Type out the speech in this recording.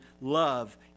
love